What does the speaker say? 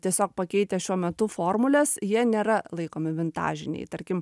tiesiog pakeitę šiuo metu formules jie nėra laikomi vintažiniai tarkim